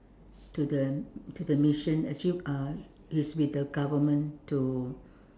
to the to the mission actually uh he's with the government to